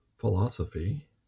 philosophy